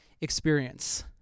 experience